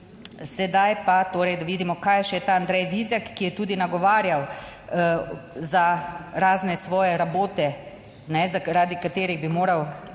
sedaj pa torej, da vidimo kaj je še ta Andrej Vizjak, ki je tudi nagovarjal za razne svoje rabote, zaradi katerih bi moral